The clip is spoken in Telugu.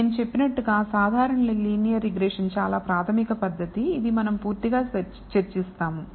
నేను చెప్పినట్టుగా సాధారణ లీనియర్ రిగ్రెషన్ చాలా ప్రాథమిక పద్ధతి ఇది మనం పూర్తిగా చర్చిస్తాము